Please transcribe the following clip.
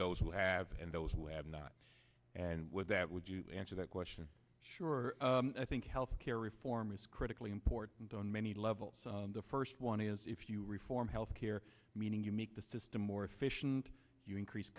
those who have and those who have not and with that would you answer that question sure i think health care reform is critically important on many levels the first one is if you reform health care meaning you make the system more efficient you increase